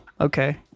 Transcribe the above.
Okay